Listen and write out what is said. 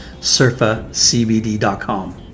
surfacbd.com